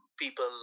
people